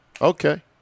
Okay